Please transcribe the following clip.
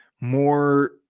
more